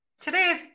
Today's